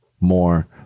more